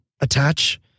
attach